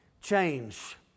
change